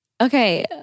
Okay